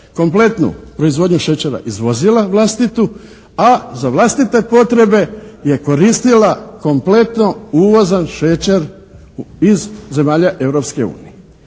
kompletnu proizvodnju šećera izvozila vlastitu, a za vlastite potrebe je koristila kompletno uvozan šećer iz zemalja